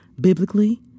biblically